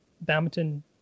badminton